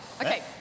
Okay